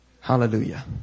Hallelujah